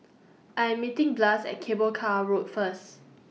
I Am meeting glass At Cable Car Road First